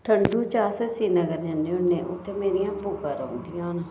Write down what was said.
ठंडू च अस श्रीनगर जन्ने होन्ने उत्थें मेरी फुफां रौंह्दियां न